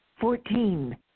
Fourteen